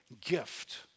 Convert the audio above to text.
gift